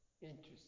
Interesting